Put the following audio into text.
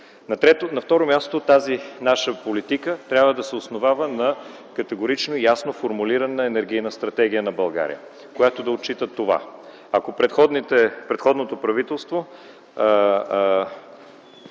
На второ място, тази наша политика трябва да се основава на категорично и ясно формулирана енергийна стратегия на България, която да отчита това. Ако предходното правителство